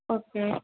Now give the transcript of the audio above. okay